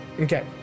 okay